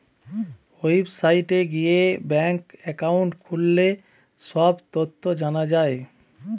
ওয়েবসাইটে গিয়ে bank account খুললে সব তথ্য জানা যায়